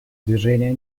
движения